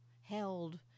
held